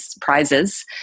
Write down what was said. Prizes